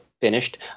finished